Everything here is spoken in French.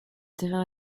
terrain